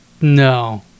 No